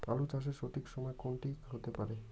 আলু চাষের সঠিক সময় কোন টি হতে পারে?